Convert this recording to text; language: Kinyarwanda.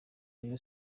reyo